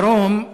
בדרום,